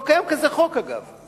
לא קיים כזה חוק, אגב.